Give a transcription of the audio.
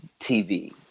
tv